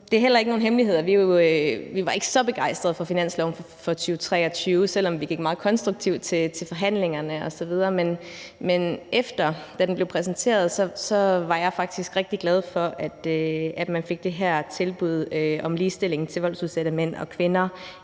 Det er heller ikke nogen hemmelighed, at vi ikke var så begejstrede for finansloven for 2023, selv om vi gik meget konstruktivt til forhandlingerne osv. Men da den blev præsenteret, var jeg faktisk rigtig glad for, at man havde fået det her tilbud om ligestilling til voldsudsatte mænd og kvinder